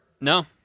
No